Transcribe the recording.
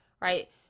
right